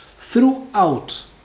throughout